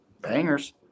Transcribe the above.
bangers